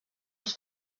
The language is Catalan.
als